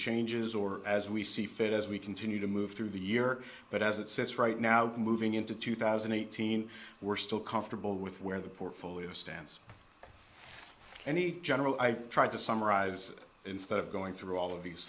changes or as we see fit as we continue to move through the year but as it sits right now moving into two thousand and eighteen we're still comfortable with where the portfolio stands and he general i tried to summarize instead of going through all of the